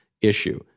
issue